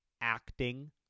acting